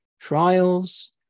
trials